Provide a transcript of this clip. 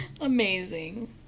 amazing